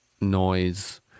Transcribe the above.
noise